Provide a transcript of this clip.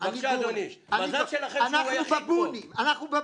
אנחנו בבונים.